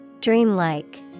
Dreamlike